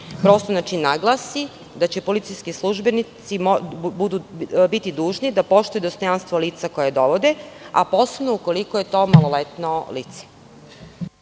prekršajima naglasi da će policijski službenici biti dužni da poštuju dostojanstvo lica koje dovode, a posebno ukoliko je to maloletno lice.